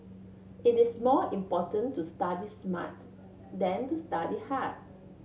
it is more important to study smart than to study hard